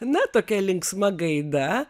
na tokia linksma gaida